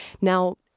Now